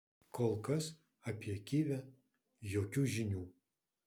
kol kas apie kivę jokių žinių